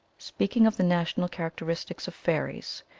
speaking of the national characteristics of fairies,